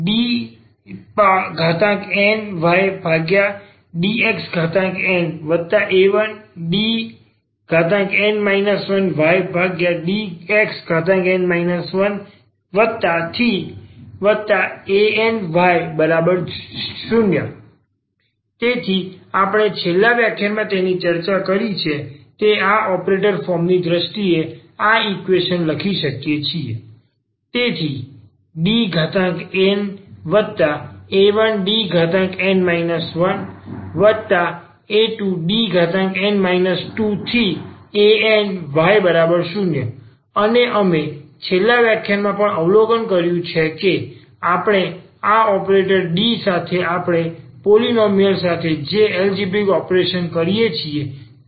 dnydxna1dn 1ydxn 1any0 તેથી આપણે છેલ્લા વ્યાખ્યાનમાં તેની ચર્ચા કરી છે તે આ ઓપરેટર ફોર્મ ની દ્રષ્ટિએ આ ઈક્વેશન લખી શકીએ છીએ તેથી Dna1Dn 1a2Dn 2any0 અને અમે છેલ્લા વ્યાખ્યાનમાં પણ અવલોકન કર્યું છે કે આપણે આ ઓપરેટર્સ D સાથે આપણે પોલીનોમિયલ સાથે જે એલજીબ્રિક ઓપરેશન કરીએ છીએ તેમ કામ કરી શકીએ છીએ